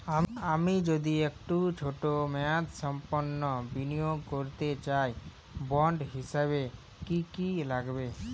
আমি যদি একটু ছোট মেয়াদসম্পন্ন বিনিয়োগ করতে চাই বন্ড হিসেবে কী কী লাগবে?